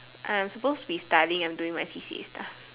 I'm supposed to be studying I'm doing my C_C_A stuff